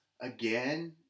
again